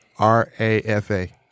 R-A-F-A